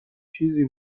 چیزی